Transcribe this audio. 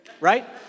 Right